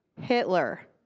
Hitler